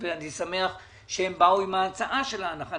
אני שמח שהם באו עם ההצעה של ההנחה.